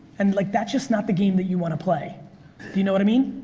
and like that's just not the game that you wanna play. do you know what i mean?